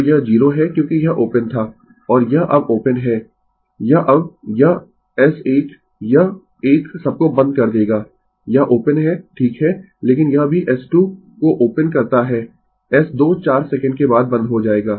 तो यह 0 है क्योंकि यह ओपन था और यह अब ओपन है यह अब यह S1 यह एक सबको बंद कर देगा यह ओपन है ठीक है लेकिन यह भी S 2 को ओपन करता है S 2 4 सेकंड के बाद बंद हो जाएगा